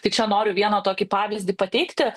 tai čia noriu vieną tokį pavyzdį pateikti